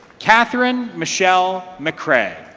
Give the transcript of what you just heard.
catherine michelle mccray.